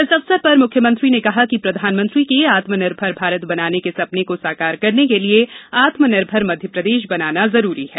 इस अवसर पर मुख्यमंत्री ने कहा कि प्रधानमंत्री के आत्मनिर्भर भारत बनाने के सपने को साकार करने के लिये आत्मनिर्भर मध्यप्रदेश बनाना जरूरी है